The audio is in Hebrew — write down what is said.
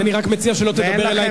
אני רק מציע שלא תדבר אלי,